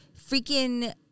freaking